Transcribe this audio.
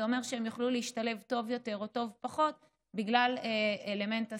זה אומר שהם יוכלו להשתלב טוב יותר או טוב פחות בגלל אלמנט השפה.